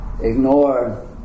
ignore